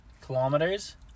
kilometers